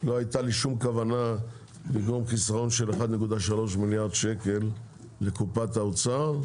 לא הייתה לי שום כוונה לגרום לחיסרון של 1.3 מיליארד שקל לקופת האוצר,